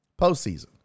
postseason